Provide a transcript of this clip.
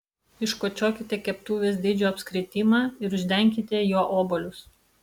iškočiokite keptuvės dydžio apskritimą ir uždenkite juo obuolius